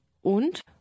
Und